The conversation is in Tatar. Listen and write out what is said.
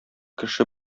кеше